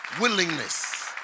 willingness